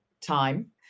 time